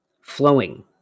flowing